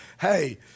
Hey